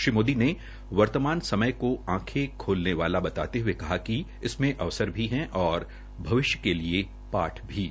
श्री मोदी ने वर्तमान समय को आंखे खोलने वाला बताते हये कहा कि इसमे अवसर भी है और भविष्य के लिए पाठ भी है